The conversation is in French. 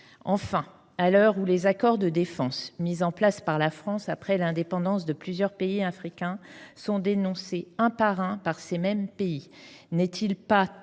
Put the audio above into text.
Enfin, à l’heure où les accords de défense mis en place par la France après l’indépendance de plusieurs pays africains sont dénoncés, l’un après l’autre, par ces pays, n’est il pas